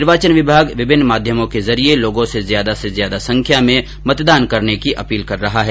निर्वाचन विभाग विभिन्न माध्यमों के जरिये लोगों से ज्यादा से ज्यादा संख्या में मतदान करने की अपील कर रहा है